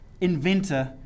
inventor